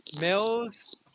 Mills